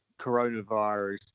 coronavirus